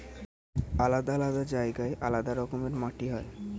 আলাদা আলাদা জায়গায় আলাদা রকমের মাটি হয়